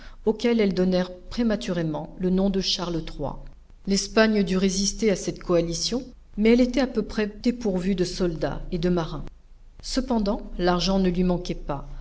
auquel elles donnèrent prématurément le nom de charles iii l'espagne dut résister à cette coalition mais elle était à peu près dépourvue de soldats et de marins cependant l'argent ne lui manquait pas